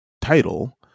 title